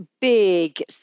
big